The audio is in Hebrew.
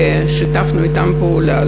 ושיתפנו אתם פעולה.